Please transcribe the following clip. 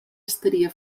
estaria